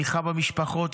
בתמיכה במשפחות,